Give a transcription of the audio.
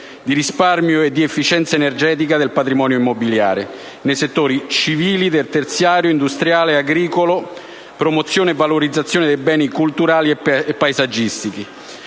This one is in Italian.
di risparmio e di efficienza energetica del patrimonio immobiliare nei settori civile, del terziario, industriale e agricolo, promozione e valorizzazione dei beni culturali e paesaggistici,